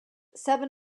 seven